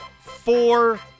four